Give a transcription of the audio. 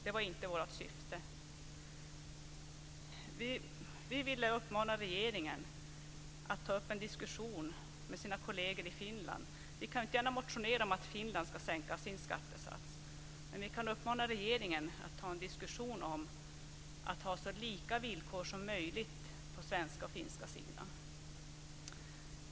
Det var inte vårt syfte. Vi ville uppmana regeringen att ta upp en diskussion med sina kolleger i Finland. Vi kan inte gärna motionera om att Finland ska sänka sin skattesats, men vi kan uppmana regeringen att ta en diskussion om att ha så lika villkor som möjligt på den svenska och den finska sidan.